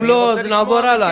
אם לא, נעבור הלאה.